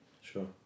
Sure